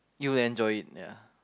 you'll enjoyed it ya